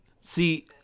See